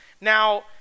Now